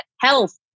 health